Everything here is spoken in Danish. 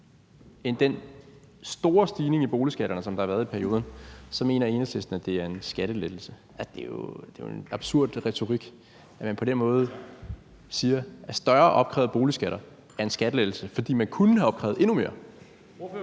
end den store stigning i boligskatterne, som der har været i perioden, mener Enhedslisten, at det er en skattelettelse. Ja, det er jo en absurd retorik, at man på den måde siger, at større opkrævede boligskatter er en skattelettelse, fordi man kunne have opkrævet endnu mere.